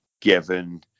given